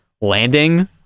landing